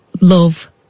love